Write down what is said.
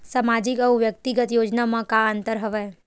सामाजिक अउ व्यक्तिगत योजना म का का अंतर हवय?